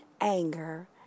anger